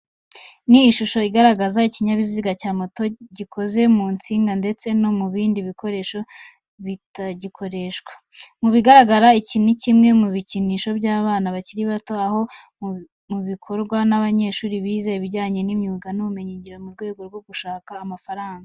Ni ishusho igaragaza ikinyabiziga cya moto gikoze mu nsinga ndetse no mu bindi bikoresho bitagikoreshwa. Mu bigaragara iki ni kimwe mu bikinisho by'abana bakiri bato, aho bikorwa n'abanyeshuri bize ibijyanye n'imyuga n'ubumenyingiro mu rwego rwo gushaka amafaranga.